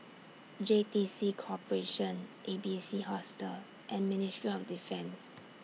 J T C Corporation A B C Hostel and Ministry of Defence